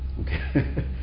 Okay